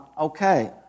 okay